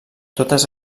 totes